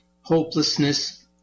hopelessness